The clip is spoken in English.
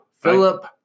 Philip